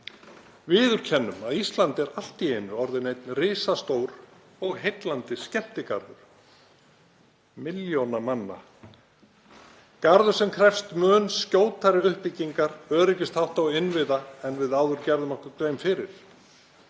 Viðurkennum að Ísland er allt í einu orðið einn risastór og heillandi skemmtigarður milljóna manna, garður sem krefst mun skjótari uppbyggingar öryggisþátta og innviða en við áður gerðum okkur grein fyrir.